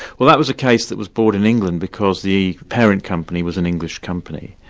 well that was a case that was brought in england because the parent company was an english company.